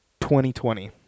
2020